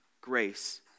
Grace